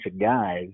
guys